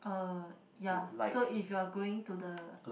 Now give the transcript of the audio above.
uh ya so if you're going to the